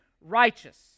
righteous